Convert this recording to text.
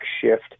shift